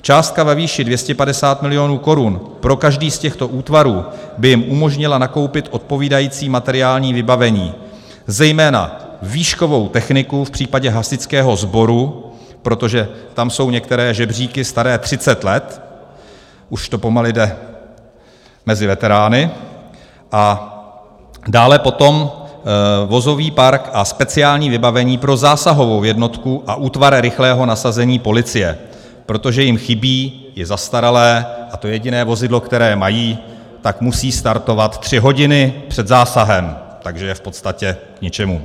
Částka ve výši 250 mil. korun pro každý z těchto útvarů by jim umožnila nakoupit odpovídající materiální vybavení, zejména výškovou techniku v případě hasičského sboru, protože tam jsou některé žebříky staré třicet let, už to pomalu jde mezi veterány, a dále potom vozový park a speciální vybavení pro zásahovou jednotku a útvar rychlého nasazení policie, protože jim chybí, je zastaralé a to jediné vozidlo, které mají, musí startovat tři hodiny před zásahem, takže je v podstatě k ničemu.